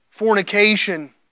fornication